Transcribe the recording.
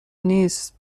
نیس